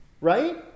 right